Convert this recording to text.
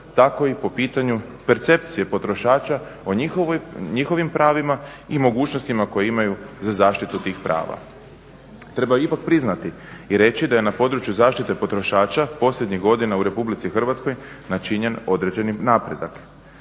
tako i po pitanju percepcije potrošača o njihovim pravima i mogućnostima koje imaju za zaštitu tih prava. Treba ipak priznati i reći da je na području zaštite potrošača posljednjih godina u RH načinjen određeni napredak.